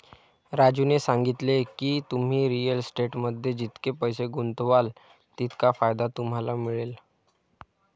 राजूने सांगितले की, तुम्ही रिअल इस्टेटमध्ये जितके पैसे गुंतवाल तितका फायदा तुम्हाला मिळेल